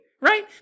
right